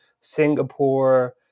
Singapore